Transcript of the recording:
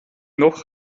noch